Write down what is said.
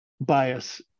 bias